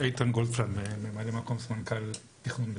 איתן גולדפלם ממלא מקום סמנכ"ל תכנון ותקצוב.